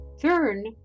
turn